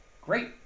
great